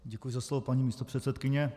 Děkuji za slovo, paní místopředsedkyně.